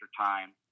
time